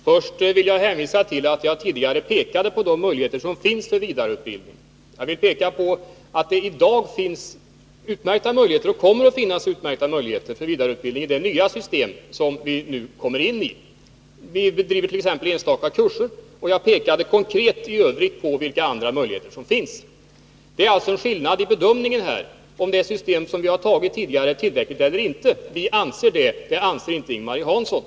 Herr talman! Först vill jag hänvisa till att jag tidigare pekade på de möjligheter som finns till vidareutbildning. Jag vill peka på att det i dag finns utmärkta möjligheter och att det kommer att finnas utmärkta möjligheter till vidareutbildning i det system som vi nu kommer in i. Vi bedriver t.ex. enstaka kurser, och jag pekade i övrigt konkret på vilka andra möjligheter som finns. Det är alltså en skillnad i bedömningen här, huruvida det system som vi tidigare fattat beslut om är tillräckligt eller inte. Vi anser det, men det anser inte Ing-Marie Hansson.